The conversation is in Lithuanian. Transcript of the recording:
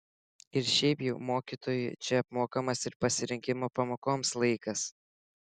ir šiaip jau mokytojui čia apmokamas ir pasirengimo pamokoms laikas